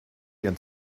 ihren